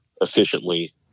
efficiently